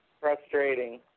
Frustrating